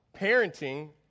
parenting